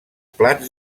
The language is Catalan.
plats